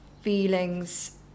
feelings